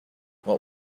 what